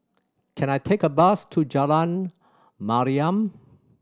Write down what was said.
can I take a bus to Jalan Mariam